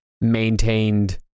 maintained